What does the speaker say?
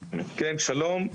שלום,